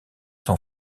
son